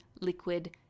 liquid